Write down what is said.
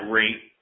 rate